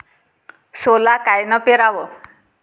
सोला कायनं पेराव?